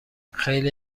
خیلی